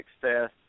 success